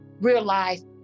realize